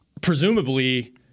presumably